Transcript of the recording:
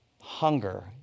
hunger